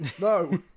no